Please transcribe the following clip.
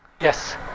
Yes